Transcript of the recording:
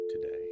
today